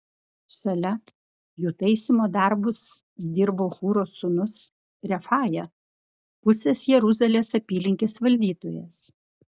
šalia jų taisymo darbus dirbo hūro sūnus refaja pusės jeruzalės apylinkės valdytojas